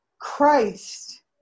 Christ